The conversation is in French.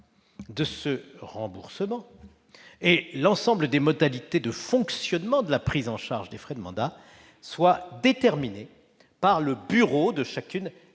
de ce remboursement et l'ensemble des modalités de fonctionnement de la prise en charge des frais de mandat devaient être déterminées par le bureau de chacune